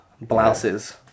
Blouses